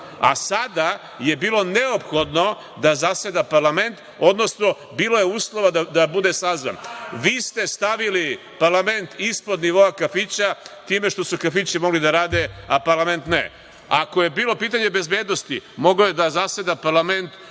a sada je bilo neophodno da zaseda parlament, odnosno bilo je uslova da bude sazvan. Vi ste stavili parlament ispod nivoa kafića time što su kafići mogli da rade, a parlament ne. Ako je bilo pitanje bezbednosti, mogao je da zaseda parlament